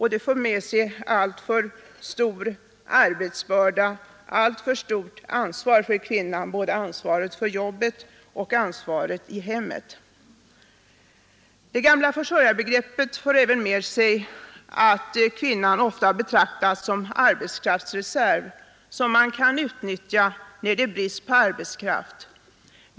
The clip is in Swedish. Det för med sig alltför stor arbetsbörda och alltför stort ansvar för kvinnan att ha ansvaret för både jobbet och hemmet. Det gamla försörjarbegreppet medför också att kvinnan ofta betraktas som en arbetskraftsreserv, som kan utnyttjas när det är brist på arbetskraft.